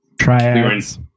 Triads